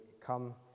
come